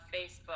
Facebook